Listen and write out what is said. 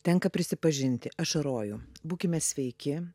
tenka prisipažinti ašaroju būkime sveiki